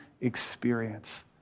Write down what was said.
experience